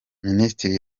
minisitiri